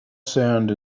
sand